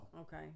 Okay